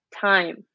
time